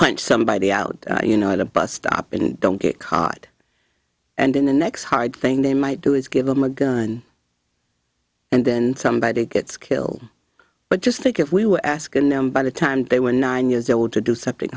punch somebody out you know at a bus stop and don't get caught and then the next hard thing they might do is give them a gun and then somebody gets killed but just think if we were asking them by the time they were nine years old to do something